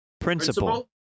Principle